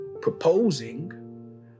proposing